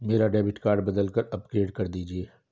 मेरा debit card बदलकर upgrade कर दीजिए